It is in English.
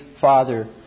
Father